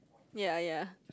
ya ya